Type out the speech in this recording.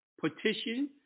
Petition